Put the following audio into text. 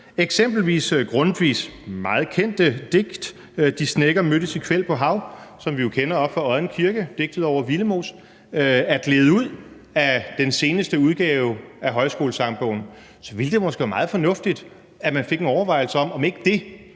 eksempelvis Grundtvigs meget kendte digt »De snekker mødtes i kvæld på hav«, som vi jo kender oppe fra Odden Kirke, digtet over Willemoes, er gledet ud af den seneste udgave af Højskolesangbogen, så ville det måske være meget fornuftigt, at man fik en overvejelse over, om ikke det